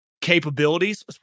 capabilities